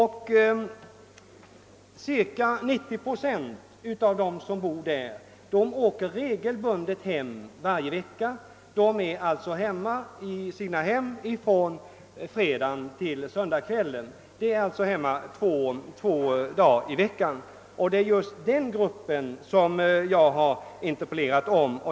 Cirka 90 procent av dem som bor där åker regelbundet hem varje vecka — de är alltså i sina hem från fredag kväll till söndag kväll, d. v. s. under två dagar. Det är just den gruppen jag har interpellerat om.